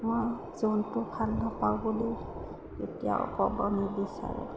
মই জন্তু ভাল নাপাওঁ বুলি কেতিয়াও ক'ব নিবিচাৰোঁ